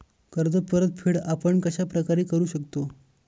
कर्ज परतफेड आपण कश्या प्रकारे करु शकतो?